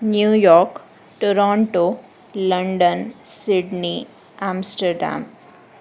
New York Toronto London Sydney Amsterdam